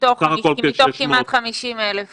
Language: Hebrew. מתוך כמעט 50,000 ומשהו.